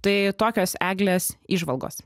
tai tokios eglės įžvalgos